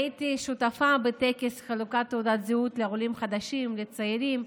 הייתי שותפה בטקס חלוקת תעודת זהות לעולים חדשים לצעירים,